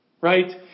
Right